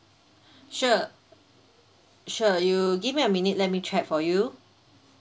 sure sure you give me a minute let me check for you